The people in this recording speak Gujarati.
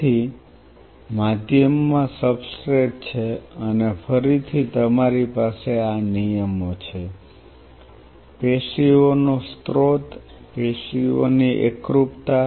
તેથી માધ્યમમાં સબસ્ટ્રેટ છે અને ફરીથી તમારી પાસે આ નિયમો છે પેશીઓનો સ્ત્રોત પેશીઓની એકરૂપતા